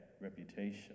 reputation